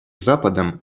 западом